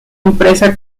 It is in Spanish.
impresa